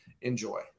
enjoy